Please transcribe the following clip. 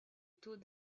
taux